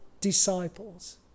disciples